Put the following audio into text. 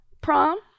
prom